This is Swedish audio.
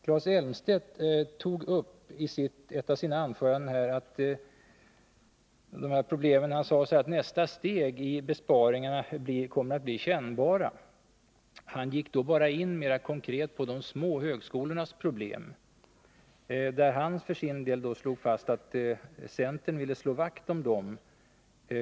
Claes Elmstedt sade i ett av sina anföranden att nästa steg i besparingarna skulle bli kännbart. Han gick mera konkret bara in på de små högskolornas problem, där han för sin del anförde att centern ville slå vakt om dessa.